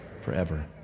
forever